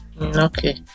okay